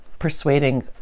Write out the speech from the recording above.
persuading